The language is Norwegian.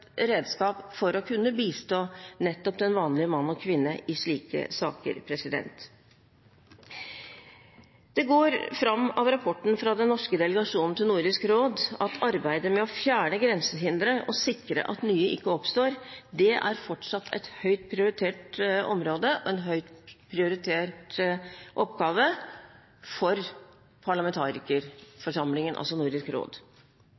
redskap for å kunne bistå nettopp den vanlige mann og kvinne i slike saker. Det går fram av rapporten fra den norske delegasjonen til Nordisk råd at arbeidet med å fjerne grensehindre og sikre at nye ikke oppstår, fortsatt er et høyt prioritert område og en høyt prioritert oppgave for parlamentarikerforsamlingen, altså Nordisk råd.